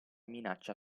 minaccia